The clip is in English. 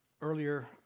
Earlier